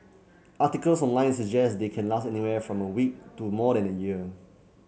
articles online suggest they can last anywhere from a week to more than a year